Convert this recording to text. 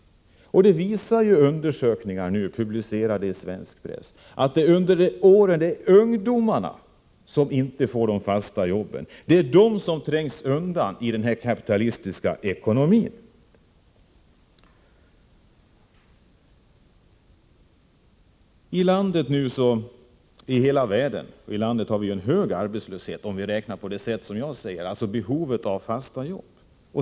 Undersökningar som nu har publicerats i svensk press visar att det är ungdomarna som inte får de fasta jobben. Det är de som trängs undan i den kapitalistiska ekonomin. I vårt land och i hela världen har vi en hög arbetslöshet om vi räknar på det sätt som jag förespråkar, nämligen i behovet av fasta jobb.